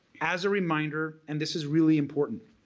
as a reminder and this is really important,